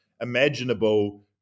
imaginable